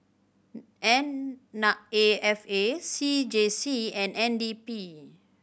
N Na A F A C J C and N D P